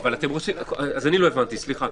אז אני לא הבנתי, סליחה.